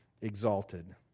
exalted